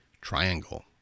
Triangle